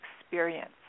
experience